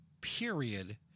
period